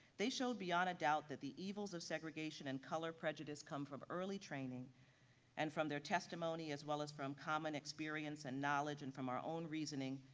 they showed beyond a doubt that the evils of segregation and color prejudice come from early training and from their testimony as well as from common experience and knowledge and from our own reasoning,